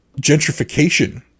gentrification